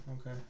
Okay